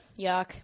Yuck